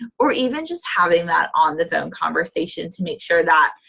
or even just having that on-the-phone conversation to make sure that,